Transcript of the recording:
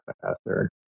faster